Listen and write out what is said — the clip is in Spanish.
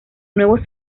nuevos